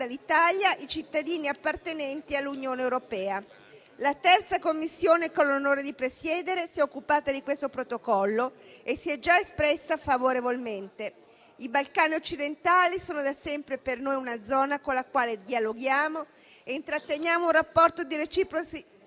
l'Italia, i cittadini appartenenti all'Unione europea. La 3a Commissione, che ho l'onore di presiedere, si è occupata di questo protocollo e si è già espressa favorevolmente. I Balcani occidentali sono da sempre per noi una zona con la quale dialoghiamo e intratteniamo un rapporto di reciproci